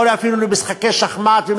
אפילו לא משחקי שחמט.